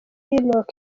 rock